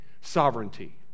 sovereignty